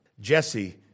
Jesse